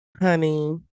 Honey